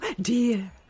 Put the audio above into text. dear